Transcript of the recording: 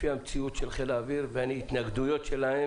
לפי המציאות של חיל האוויר וההתנגדויות שלהם